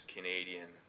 Canadian